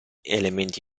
elementi